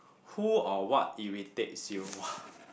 who or what irritates you !wah!